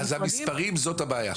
אז המספרים זאת הבעיה.